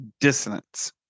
dissonance